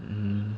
mm